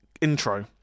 intro